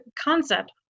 concept